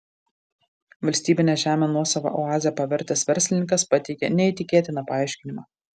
valstybinę žemę nuosava oaze pavertęs verslininkas pateikė neįtikėtiną paaiškinimą